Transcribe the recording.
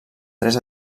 tres